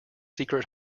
secret